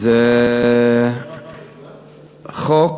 זה חוק